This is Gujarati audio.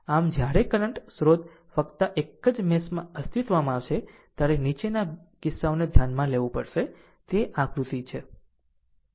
આમ જ્યારે કરંટ સ્રોત ફક્ત એક જ મેશ માં અસ્તિત્વમાં છે ત્યારે નીચેના 2 કિસ્સાઓને ધ્યાનમાં લેવું પડશે તે આકૃતિ છે